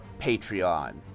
patreon